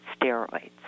steroids